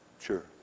Sure